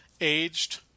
aged